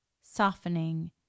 softening